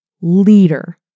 leader